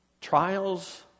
Trials